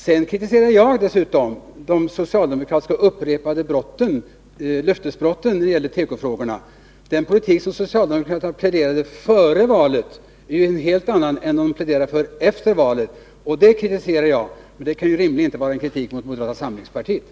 Sedan kritiserade jag de upprepade socialdemokratiska löftesbrotten när det gäller tekofrågorna. Den politik socialdemokraterna pläderade för före valet är en helt annan än den de pläderar för efter valet. Detta kritiserar jag, men det kan ju inte rimligen vara en kritik mot moderata samlingspartiet.